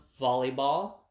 volleyball